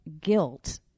guilt